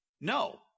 No